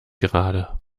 gerade